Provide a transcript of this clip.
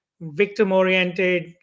victim-oriented